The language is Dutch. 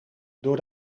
door